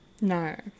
No